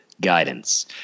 guidance